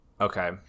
Okay